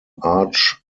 arch